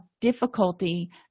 difficulty